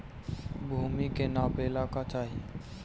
भूमि के नापेला का चाही?